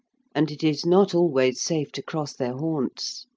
and it is not always safe to cross their haunts.